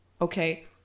Okay